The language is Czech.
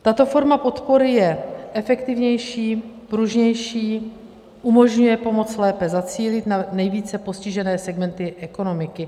Tato forma podpory je efektivnější, pružnější, umožňuje pomoc lépe zacílit na nejvíce postižené segmenty ekonomiky.